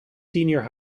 senior